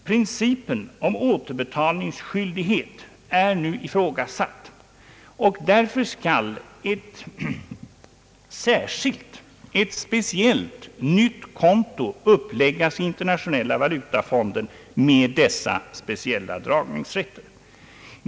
Principen om återbetalningsskyldighet är nu ifrågasatt, och därför skall ett speciellt nytt konto uppläggas i Internationella valutafonden med dessa speciella dragningsrätter.